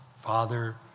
Father